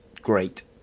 great